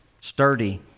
sturdy